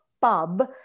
pub